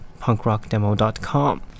punkrockdemo.com